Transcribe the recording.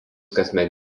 kasmet